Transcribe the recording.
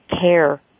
care